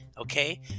Okay